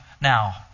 now